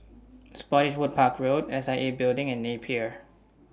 Spottiswoode Park Road S I A Building and Napier